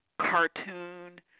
cartoon